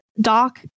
Doc